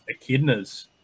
echidnas